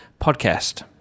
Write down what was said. Podcast